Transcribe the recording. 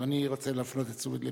אבל אני רוצה להפנות את תשומת לבך.